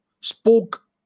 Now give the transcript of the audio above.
spoke